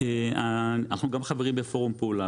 אנחנו חברים בפורום פעולה,